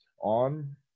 on